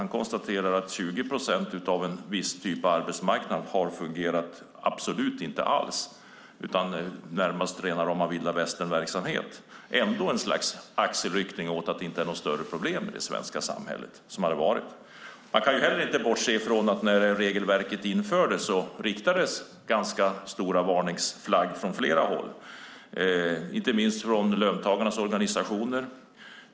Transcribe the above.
Han konstaterar att 20 procent av en viss typ av arbetsmarknad absolut inte alls har fungerat utan att det är närmast rena rama vilda västernverksamhet, men han gör ändå ett slags axelryckning åt det som om det inte är några större problem i det svenska samhället. Man kan inte heller bortse från att det när regelverket infördes riktades ganska stora varningsflaggor från flera håll, inte minst från löntagarnas organisationer.